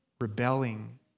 rebelling